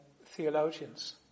theologians